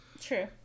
True